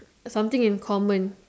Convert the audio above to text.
something in common